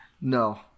No